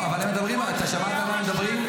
אתה שמעת על מה הם מדברים?